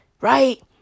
Right